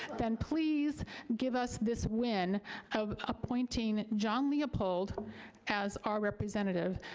then please give us this win of appointing john leopold as our representative.